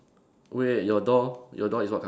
wait your door your door is what colour